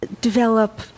develop